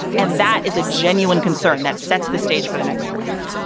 and that is a genuine concern that sets the stage for the next crisis